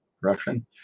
Russian